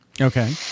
Okay